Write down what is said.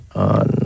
on